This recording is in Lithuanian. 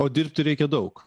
o dirbti reikia daug